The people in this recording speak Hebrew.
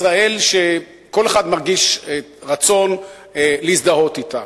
ישראל שכל אחד מרגיש רצון להזדהות אתה.